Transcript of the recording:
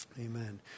Amen